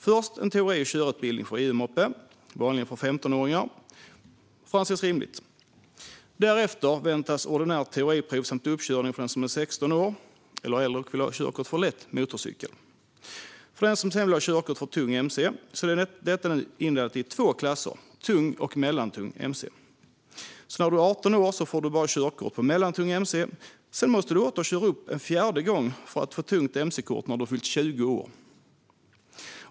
Först är det en teori och körutbildning för EU-moppe, vanligen för 15åringar. Detta får anses rimligt. Därefter väntar ett ordinärt teoriprov samt uppkörning för den som är 16 år eller äldre och som vill ha körkort för lätt motorcykel. För den som sedan vill ha körkort för tung mc är detta numera indelat i två klasser: tung och mellantung mc. När du är 18 år får du bara körkort för mellantung mc - sedan måste du köra upp en fjärde gång för att få körkort för tung mc när du fyllt 20 år.